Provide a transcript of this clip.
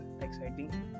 exciting